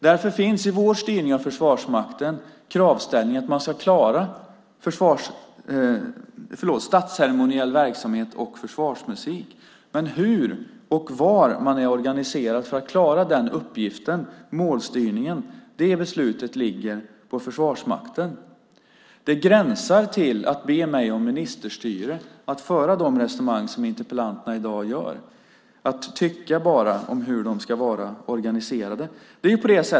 Därför finns i vår styrning av Försvarsmakten kravställningen att man ska klara statsceremoniell verksamhet och försvarsmusik, men besluten om målstyrningen, alltså hur och var man är organiserad för att klara den uppgiften, ligger på Försvarsmakten. Det gränsar till att be mig om ministerstyre att föra de resonemang interpellanterna i dag gör - att bara tycka hur de ska vara organiserade.